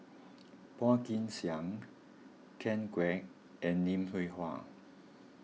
Phua Kin Siang Ken Kwek and Lim Hwee Hua